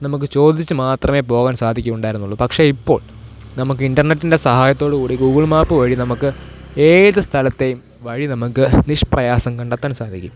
നമുക്ക് ചോദിച്ച് മാത്രമേ പോകാൻ സാധിക്കയുണ്ടായിരുന്നുള്ളൂ പക്ഷേ ഇപ്പോൾ നമുക്ക് ഇൻറർനെറ്റിൻ്റെ സഹായത്തോടുകൂടി ഗൂഗിൾ മാപ്പ് വഴി നമുക്ക് ഏത് സ്ഥലത്തെയും വഴി നമുക്ക് നിഷ്പ്രയാസം കണ്ടെത്താൻ സാധിക്കും